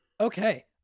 Okay